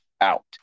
out